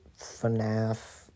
FNAF